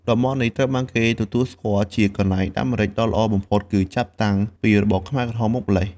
តំបន់នេះ ត្រូវបានគេទទួលស្គាល់ជា កន្លែងដាំម្រេចដ៏ល្អបំផុត គឺចាប់តាំងពីរបបខ្មែរក្រហមមកម្ល៉េះ។